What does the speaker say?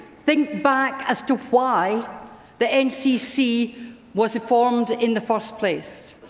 think back as to why the ncc was formed in the first place.